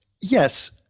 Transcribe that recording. Yes